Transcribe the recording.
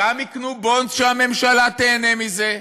גם יקנו "בונדס" שהממשלה תיהנה מזה,